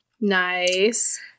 Nice